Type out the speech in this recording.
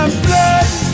blood